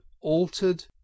altered